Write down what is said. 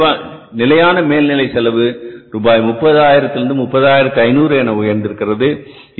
ஆனால் நிலையான மேல்நிலை செலவு ரூபாய் 30 ஆயிரத்திலிருந்து 30500 என உயர்ந்திருக்கிறது